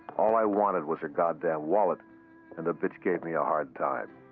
all i wanted was her goddamn wallet and the bitch gave me a hard time.